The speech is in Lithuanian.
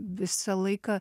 visą laiką